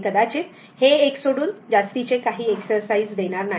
मी कदाचित हे एक सोडून जास्तीचे एक्सरसाइस देणार नाही